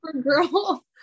girl